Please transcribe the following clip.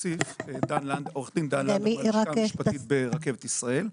עורך דן לנדאו הלשכה המשפטית ברכבת ישראל.